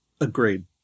Agreed